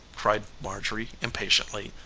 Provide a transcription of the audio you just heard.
cried marjorie impatiently.